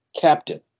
captain